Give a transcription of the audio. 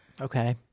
Okay